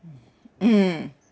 mm